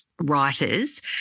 writers